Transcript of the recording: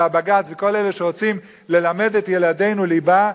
והבג"ץ וכל אלה שרוצים ללמד את ילדינו ליבה,